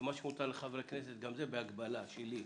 מה שמותר לחברי הכנסת, גם זה בהגבלה שלי,